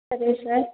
సరే సార్